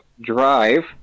drive